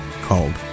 called